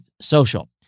social